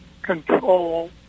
control